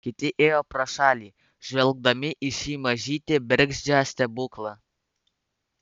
kiti ėjo pro šalį žvelgdami į šį mažytį bergždžią stebuklą